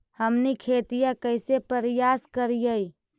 हमनी खेतीया कइसे परियास करियय?